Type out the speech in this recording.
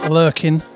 lurking